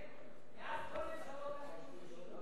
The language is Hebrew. מאז כל ממשלות הליכוד נכשלו.